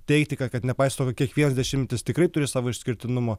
teigti kad kad nepaisant to kiekvienas dešimtmetis tikrai turi savo išskirtinumo